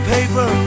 paper